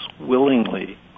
willingly